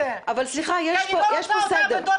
אבל סליחה יש פה סדר.